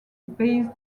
based